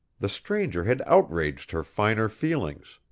the stranger had outraged her finer feelings.